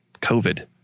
COVID